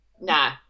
Nah